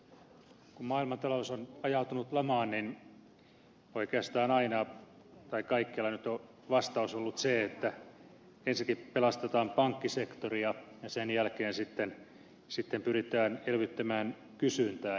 kun maailmantalous on ajautunut lamaan niin oikeastaan kaikkialla on vastaus ollut se että ensinnäkin pelastetaan pankkisektori ja sen jälkeen sitten pyritään elvyttämään kysyntää